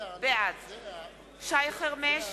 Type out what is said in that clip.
בעד שי חרמש,